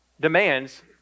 demands